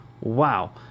wow